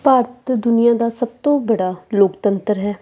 ਭਾਰਤ ਦੁਨੀਆ ਦਾ ਸਭ ਤੋਂ ਬੜਾ ਲੋਕਤੰਤਰ ਹੈ